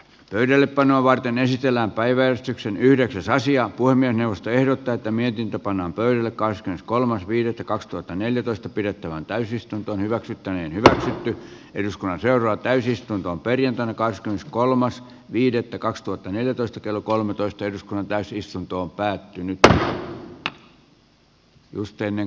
pöydällepanoa varten esitellään päiväystyksen yhdeksäs asia voi mennä ostoehdot täyttämien hinta pannaan pöydälle karskin kolmas viidettä kaksituhattaneljätoista pidettävään täysistunto hyväksyttäneen hyväksytty eduskunnan seuraa täysistuntoon perjantaina kahdeskymmeneskolmas viidettä kaksituhattaneljätoista kello me olemme nyt aika viimeisellä rannalla